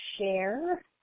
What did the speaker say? share